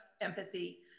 empathy